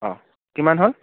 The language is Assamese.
অ' কিমান হ'ল